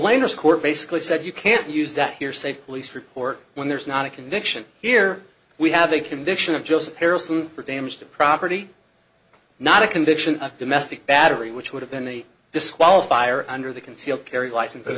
minors court basically said you can't use that hearsay police report when there's not a conviction here we have a conviction of just peril some damage to property not a conviction of domestic battery which would have been a disqualifier under the concealed carry license and